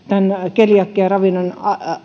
keliakiaravinnon